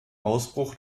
ausbruch